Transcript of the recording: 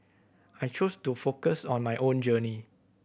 I choose to focus on my own journey